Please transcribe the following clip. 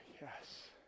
yes